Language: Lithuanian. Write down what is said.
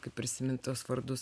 kaip prisimint tuos vardus